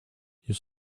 your